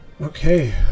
okay